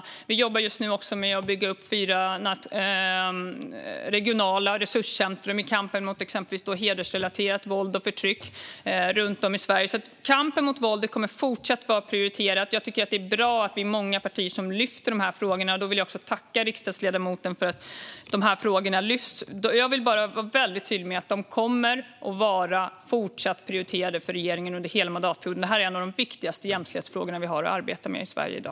Just nu jobbar vi också med att bygga upp fyra regionala resurscentrum runt om i Sverige i kampen mot exempelvis hedersrelaterat våld och förtryck. Kampen mot våldet kommer att fortsätta att vara prioriterat. Det är bra att vi är många partier som lyfter upp dessa frågor, och jag vill tacka riksdagsledamoten. Låt mig vara tydlig med att regeringen kommer att fortsätta att prioritera dessa frågor under hela mandatperioden. Detta är en av de viktigaste jämställdhetsfrågorna vi har att arbeta med i Sverige i dag.